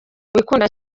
wikunda